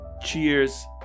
cheers